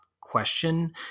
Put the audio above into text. question